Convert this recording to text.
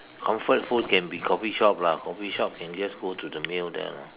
comfort food can be coffee shop lah coffee shop can just go to the meal there lah